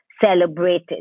Celebrated